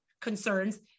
concerns